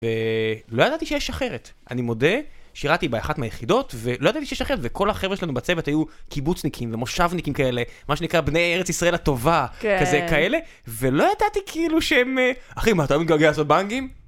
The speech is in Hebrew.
ולא ידעתי שיש אחרת, אני מודה שירתתי באחת מהיחידות ולא ידעתי שיש אחרת וכל החבר'ה שלנו בצוות היו קיבוצניקים ומושבניקים כאלה מה שנקרא בני ארץ ישראל הטובה כזה כאלה ולא ידעתי כאילו שהם אחי מה אתה לא מתגעגע לעשות בנגים?